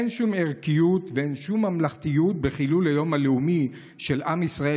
אין שום ערכיות ואין שום ממלכתיות בחילול היום הלאומי של עם ישראל,